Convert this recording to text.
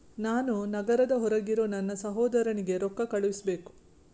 ನಾನು ನಗರದ ಹೊರಗಿರೋ ನನ್ನ ಸಹೋದರನಿಗೆ ರೊಕ್ಕ ಕಳುಹಿಸಬೇಕು